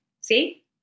see